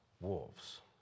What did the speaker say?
wolves